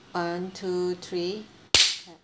one two three